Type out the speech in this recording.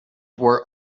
were